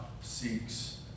seeks